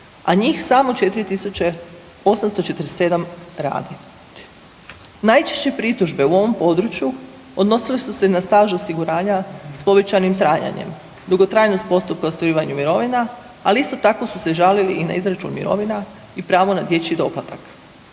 a njih samo 4.847 radi. Najčešće pritužbe u ovom području odnosile su se na staž osiguranja s povećanim trajanje, dugotrajnost postupka u ostvarivanju mirovina, ali isto tako su se žalili i na izračun mirovina i pravo na dječji doplatak.